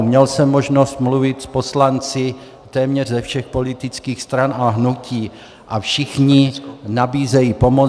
Měl jsem možnost mluvit s poslanci téměř ze všech politických stran a hnutí a všichni nabízejí pomoc.